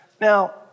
Now